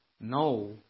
No